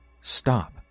Stop